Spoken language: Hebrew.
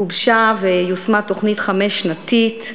גובשה ויושמה תוכנית חמש-שנתית,